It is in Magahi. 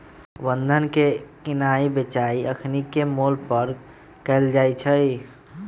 बन्धन के किनाइ बेचाई अखनीके मोल पर कएल जाइ छइ